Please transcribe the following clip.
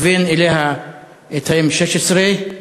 כיוון אליה את ה-M16,